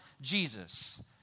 Jesus